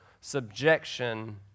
subjection